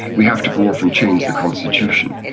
we have to go off and change the constitution.